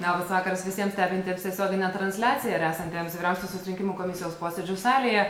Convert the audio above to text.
labas vakaras visiem stebintiems tiesioginę transliaciją ir esantiems vyriausiosios rinkimų komisijos posėdžių salėje